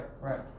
Right